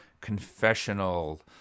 confessional